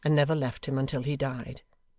and never left him until he died.